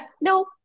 No